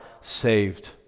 saved